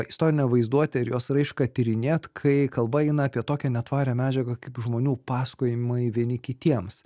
istorinę vaizduotę ir jos raišką tyrinėt kai kalba eina apie tokią netvarią medžiagą kaip žmonių pasakojimai vieni kitiems